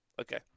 Okay